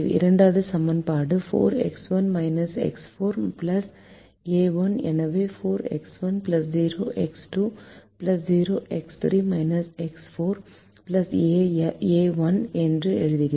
இரண்டாவது சமன்பாடு 4 X1 X4 a1 எனவே 4X1 0X2 0X3 X4 a1 என்று எழுதுகிறோம்